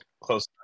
close